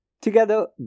Together